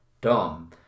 Dom